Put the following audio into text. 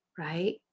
Right